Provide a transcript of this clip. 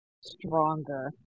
Stronger